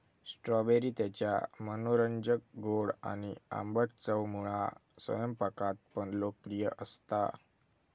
strawberry त्याच्या मनोरंजक गोड आणि आंबट चवमुळा स्वयंपाकात पण लोकप्रिय असता